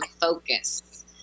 focus